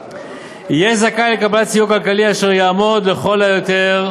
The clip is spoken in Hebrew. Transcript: יהיה זכאי לקבל סיוע כלכלי אשר יעמוד לכל היותר,